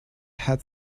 had